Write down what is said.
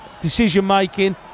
decision-making